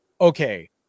okay